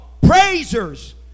Praisers